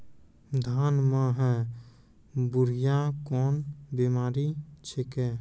धान म है बुढ़िया कोन बिमारी छेकै?